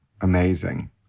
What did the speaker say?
amazing